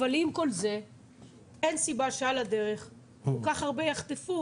אבל עם כל זה אין סיבה שעל הדרך כל כך הרבה יחטפו,